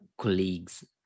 colleagues